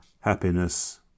happiness